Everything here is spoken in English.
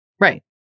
Right